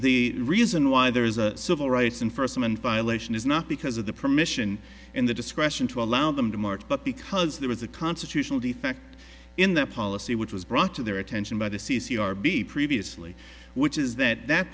the reason why there is a civil rights in first and violation is not because of the permission and the discretion to allow them to march but because there was a constitutional defect in the policy which was brought to their attention by the c c r be previously which is that that